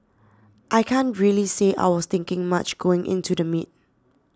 I can't really say I was thinking much going into the meet